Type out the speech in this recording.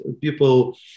people